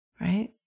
right